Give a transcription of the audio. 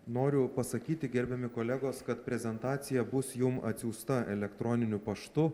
noriu pasakyti gerbiami kolegos kad prezentacija bus jum atsiųsta elektroniniu paštu